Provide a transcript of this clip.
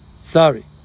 Sorry